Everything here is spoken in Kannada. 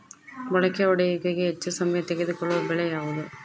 ಮೊಳಕೆ ಒಡೆಯುವಿಕೆಗೆ ಹೆಚ್ಚು ಸಮಯ ತೆಗೆದುಕೊಳ್ಳುವ ಬೆಳೆ ಯಾವುದು?